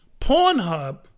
Pornhub